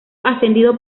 ascendido